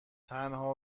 تنها